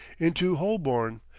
into holborn,